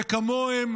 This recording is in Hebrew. וכמוהם